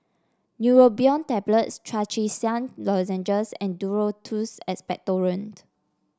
Neurobion Tablets Trachisan Lozenges and Duro Tuss Expectorant